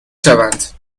شوند